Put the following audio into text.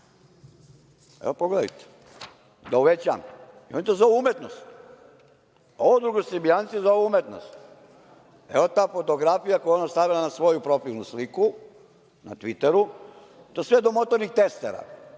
Evo, pogledajte, da uvećam. Oni to zovu umetnost. Ovo drugosrbijanci zovu umetnost. Evo, ta fotografija koju je ona stavila na svoju profilnu sliku na Tviteru, i sve do motornih testera.